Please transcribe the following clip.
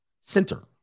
Center